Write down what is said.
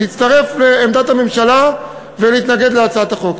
להצטרף לעמדת הממשלה ולהתנגד להצעת החוק.